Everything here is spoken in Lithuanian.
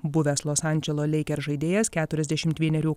buvęs los andželo lakers žaidėjas keturiasdešimt vienerių